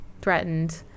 threatened